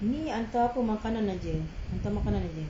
ni hantar apa makanan aje hantar makanan jer